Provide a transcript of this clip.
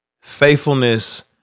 Faithfulness